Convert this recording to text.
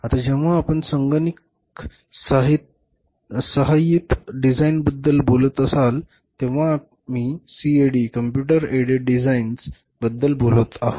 आता जेव्हा आपण संगणक सहाय्यित डिझाइनबद्दल बोलत असाल तेव्हा आम्ही सीएडी बद्दल बोलत आहोत